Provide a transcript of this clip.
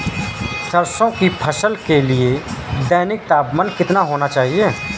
सरसों की फसल के लिए दैनिक तापमान कितना होना चाहिए?